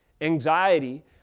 Anxiety